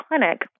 clinic